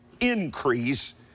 increase